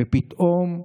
ופתאום,